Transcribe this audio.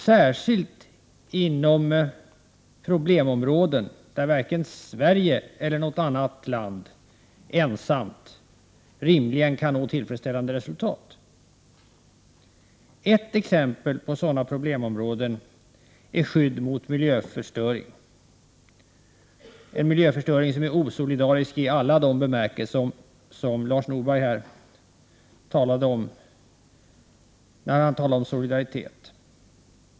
Särskilt vill vi ha samarbete inom problemområden där varken Sverige eller något annat land rimligen kan nå tillfredsställande resultat ensamt. Ett exempel på sådana problemområden är frågan om skydd mot miljöförstöring, en miljöförstöring som är osolidarisk i alla de bemärkelser som Lars Norberg nämnde när han talade om solidaritet.